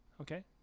Okay